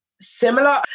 similar